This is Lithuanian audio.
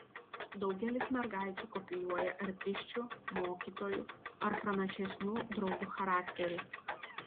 daugelis mergaičių kopijuoja artisčių mokytojų ar pranašesnių draugių charakterį